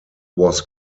was